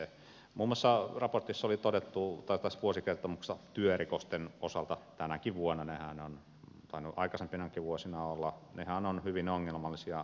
muun muassa tässä vuosikertomuksessa oli todettu työrikosten osalta tänäkin vuonna nehän ovat tainneet aikaisempinakin vuosina olla että nehän ovat hyvin ongelmallisia